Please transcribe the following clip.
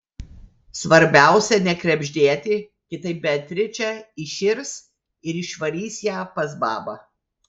svarbiausia nekrebždėti kitaip beatričė įširs ir išvarys ją pas babą